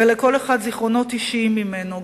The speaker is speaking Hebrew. ולכל אחד זיכרונות אישיים ממנו,